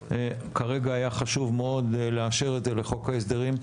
כרגע היה חשוב מאוד לאשר את זה לחוק ההסדרים.